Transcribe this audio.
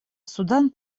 судан